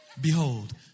Behold